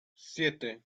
siete